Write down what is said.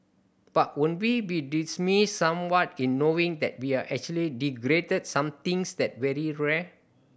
but would we be somewhat in knowing that we're actually degraded somethings that very rare